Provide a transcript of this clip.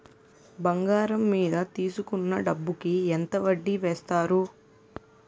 బంగారం మీద తీసుకున్న డబ్బు కి ఎంత వడ్డీ వేస్తారు?